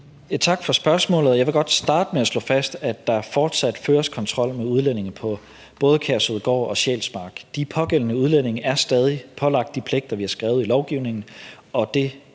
Tak for spørgsmålet. Jeg vil godt starte med at slå fast, at der fortsat føres kontrol med udlændinge på både Kærshovedgård og Sjælsmark. De pågældende udlændinge er stadig pålagt de pligter, vi har skrevet i lovgivningen, og det